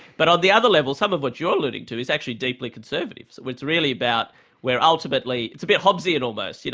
but on the other level, some of what you're alluding to is actually deeply conservative it's really about we're ultimately, it's a bit hobbesian almost, you